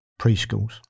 preschools